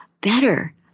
better